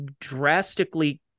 drastically